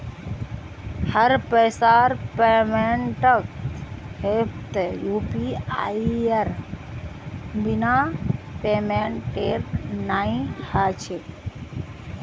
हर पैसार पेमेंटक ऐपत यूपीआईर बिना पेमेंटेर नइ ह छेक